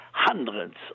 hundreds